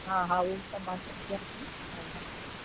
हा हा उहा त मां समुझां थी हा